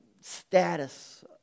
status